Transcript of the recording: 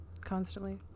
constantly